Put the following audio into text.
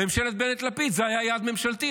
בממשלת בנט-לפיד זה היה יעד ממשלתי,